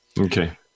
okay